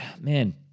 man